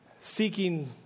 seeking